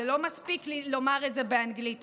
זה לא מספיק לומר את זה באנגלית.